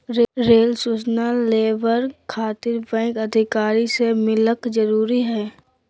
Rail सूचना labour खातिर bank अधिकारी से मिलक जरूरी है?